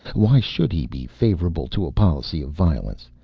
why should he be favorable to a policy of violence?